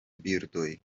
birdoj